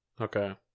Okay